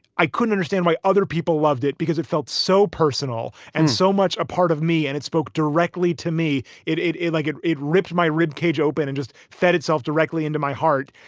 i couldn't understand why other people loved it because it felt so personal and so much a part of me. and it spoke directly to me. it it like it. it ripped my rib cage open and just fed itself directly into my heart.